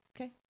Okay